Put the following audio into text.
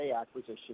acquisition